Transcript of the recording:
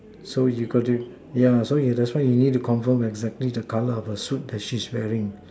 so you got to yeah so you that's why that' why you need to confirm exactly the colour of the suit that she's wearing